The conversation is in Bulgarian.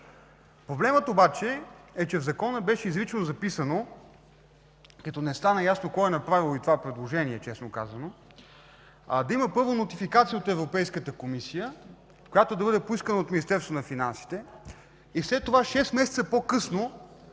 Проблемът обаче, е, че в Закона беше изрично записано, като не стана ясно кой е направил и това предложение, честно казано, да има първо нотификация от Европейската комисия, която да бъде поискана от Министерството на финансите, и след това – шест месеца по-късно,